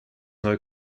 neu